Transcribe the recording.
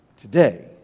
Today